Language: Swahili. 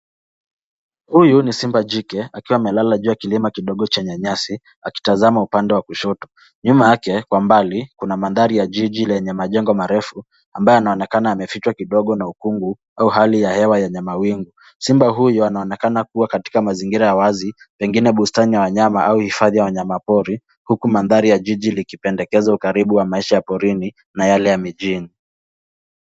Huyu ni Simba jike akiwa juu ya kilima kidogo chenye nyasi akitazama upande wa kushoto. Nyuma yake, kwa mbali, kuna mandhari ya jiji yenye majengo marefu ambayo yanaonekana yamefichwa kidogo na ukungu au hali ya hewa yenye mawingu. Simba huyu anaonekana kuwa Katika mazingira wazi pengine bustani ya wanyama au hifadhi ya wanyamapori huku mandhari ya jiji likipendekeza ukaribu wa maisha ya porini